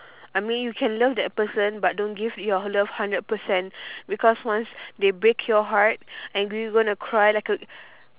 I mean you can love that person but don't give your love hundred percent because once they break your heart and you gonna cry like